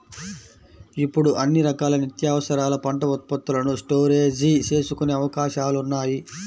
ఇప్పుడు అన్ని రకాల నిత్యావసరాల పంట ఉత్పత్తులను స్టోరేజీ చేసుకునే అవకాశాలున్నాయి